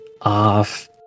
off